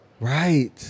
Right